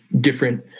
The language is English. different